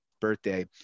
birthday